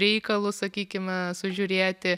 reikalus sakykime sužiūrėti